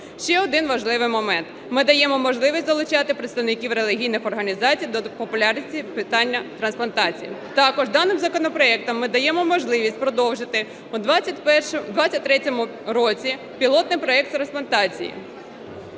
Ще один важливий момент. Ми даємо можливість долучати представників релігійних організацій до популяризації питання трансплантацій. Також даним законопроектом ми даємо можливість продовжити у 23-му році пілотний проект з трансплантації.